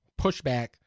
pushback